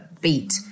beat